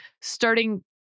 starting